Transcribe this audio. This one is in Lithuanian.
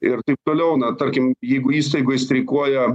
ir taip toliau na tarkim jeigu įstaigoj streikuoja